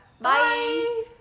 Bye